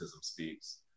Speaks